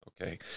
okay